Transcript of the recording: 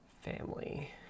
family